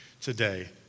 today